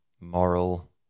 moral